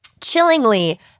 Chillingly